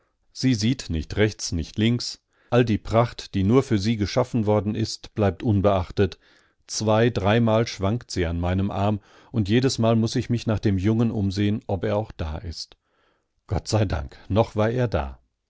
sie sieht nicht rechts nicht links all die pracht die nur für sie geschaffen worden ist bleibt unbeachtet zwei dreimal schwankt sie an meinem arm und jedesmal muß ich mich nach dem jungen umsehen ob er auch da ist gott sei dank noch war er da